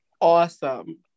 awesome